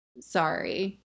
sorry